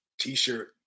t-shirt